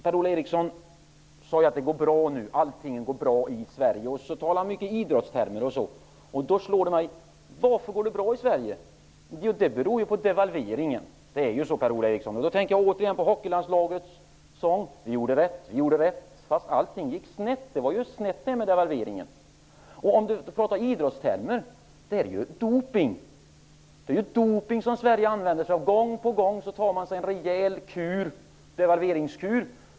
Per-Ola Eriksson sade att allt går bra i Sverige och använde idrottstermer. Då slår det mig: Varför går det bra i Sverige? Jo, det beror på devalveringen. Jag tänker åter på hockeylandslaget. Vi gjorde rätt fast allting gick snett. Devalveringen gick ju snett. För att tala i idrottstermer har ju Sverige gång på gång använt sig av doping. Gång på gång tar man till en rejäl devalveringskur.